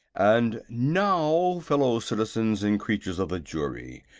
and now, fellow citizens and creatures of the jury,